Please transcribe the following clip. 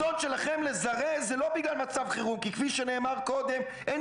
הרצון שלכם לזרז זה לא בגלל מצב חירום כי כפי שנאמר קודם אין